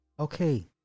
Okay